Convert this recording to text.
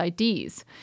IDs